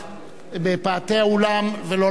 בפאתי האולם ולא להפריע.